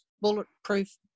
bulletproof